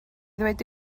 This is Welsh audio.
ddweud